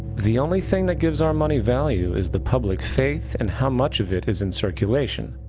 the only thing that gives our money value is the public faith and how much of it is in circulation.